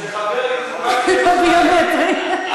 שחבר הכנסת מקלב אחראי עליה.